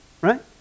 Right